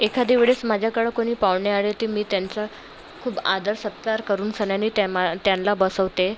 एखादे वेळेस माझ्याकडं कोणी पावणे आले तर मी त्यांचा खूप आदर सत्कार करून सन्यानी त्या मा त्यांला बसवते